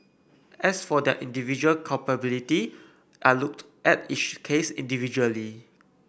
as for their individual culpability I looked at each case individually